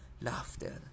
laughter